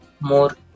more